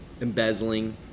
embezzling